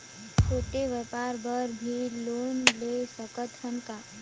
छोटे व्यापार बर भी लोन ले सकत हन का?